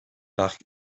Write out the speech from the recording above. parc